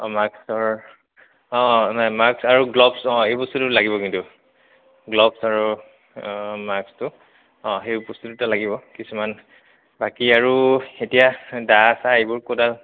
অঁ মাক্সৰ অঁ না মাক্স আৰু গ্লভছ অঁ এই বস্তুটো লাগিব কিন্তু গ্লভছ আৰু মাক্সটো অঁ সেই বস্তু দুটা লাগিব কিছুমান বাকী আৰু এতিয়া দা চা এইবোৰ ক'তা